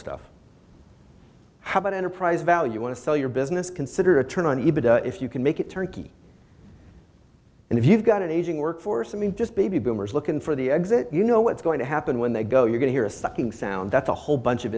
stuff how about enterprise value want to sell your business consider a turn on even if you can make it turnkey and if you've got an aging workforce i mean just baby boomers looking for the exit you know what's going to happen when they go you are going to hear a sucking sound that's a whole bunch of